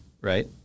right